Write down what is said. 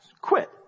quit